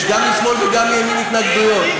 יש גם משמאל וגם מימין התנגדויות.